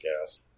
gas